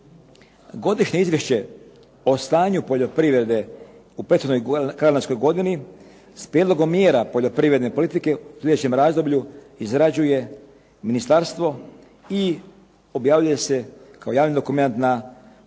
Godišnje izvješće o stanju poljoprivredne u prethodnoj kalendarskoj godini sa prijedlogom mjera poljoprivredne politike u sljedećem razdoblju izrađuje Ministarstvo i objavljuje se kao javni dokumenat u Narodnim